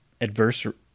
adversary